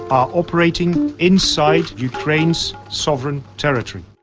are operating inside ukraine's sovereign territory.